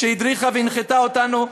שהדריכה והנחתה אותנו,